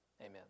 Amen